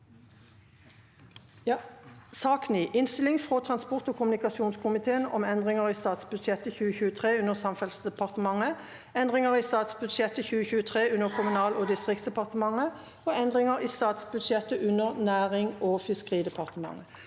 Innstilling frå transport- og kommunikasjonskomi- teen om Endringar i statsbudsjettet 2023 under Samferd- selsdepartementet, Endringar i statsbudsjettet 2023 under Kommunal- og distriktsdepartementet og Endringar i statsbudsjettet 2023 under Nærings- og fiske- ridepartementet